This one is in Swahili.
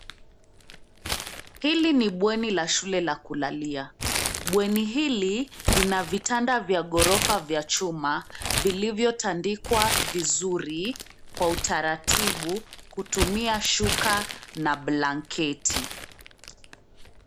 Hili ni bweni la shule la kulalia. Bweni hili lina vitanda vya ghorofa vya chuma vilivyotandikwa vizuri kwa utaratibu, kutumia shuka na blanketi.